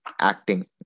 acting